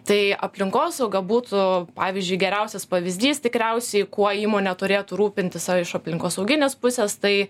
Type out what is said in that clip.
tai aplinkosauga būtų pavyzdžiui geriausias pavyzdys tikriausiai kuo įmonė turėtų rūpintis o iš aplinkosauginės pusės tai